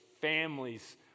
families